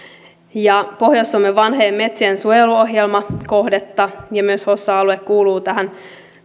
ja pohjois suomen vanhojen metsien suojeluohjelmakohdetta ja hossan alue myös kuuluu